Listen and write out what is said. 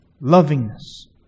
lovingness